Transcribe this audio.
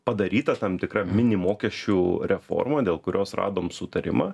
padaryta tam tikra mini mokesčių reforma dėl kurios radom sutarimą